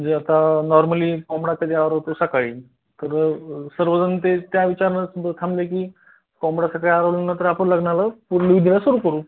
म्हणजे आता नॉर्मली कोंबडा की आरवतो सकाळी तर सर्वजण ते त्या विचरानेच थांबले की कोंबडा सकाळी आरवल्यानंतर आपण लग्नाला पू लऊ द्या सुरू करू